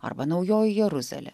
arba naujoji jeruzalė